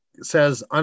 says